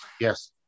Yes